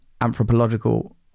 anthropological